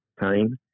time